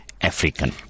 African